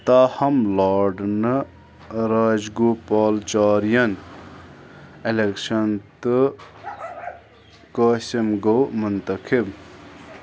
تاہم لوڈ نہٕ راج گوپالچاریَن اٮ۪لٮ۪کشَن تہٕ قٲسِم گوٚو مُنتخب